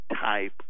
type